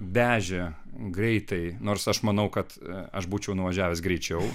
vežė greitai nors aš manau kad aš būčiau nuvažiavęs greičiau